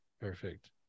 Perfect